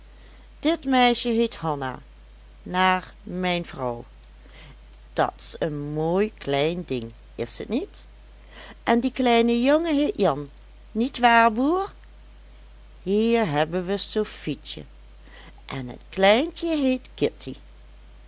dit meisje heet hanna naar mijn vrouw dat s een mooi klein ding is het niet en die kleine jongen heet jan niet waar boer hier hebben we sofietje en het kleintje heet kitty